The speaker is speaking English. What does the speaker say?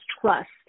trust